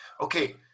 Okay